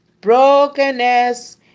brokenness